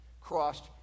crossed